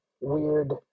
weird